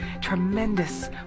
Tremendous